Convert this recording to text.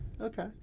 Okay